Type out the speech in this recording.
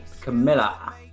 Camilla